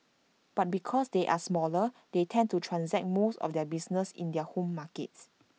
but because they are smaller they tend to transact most of their business in their home markets